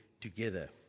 together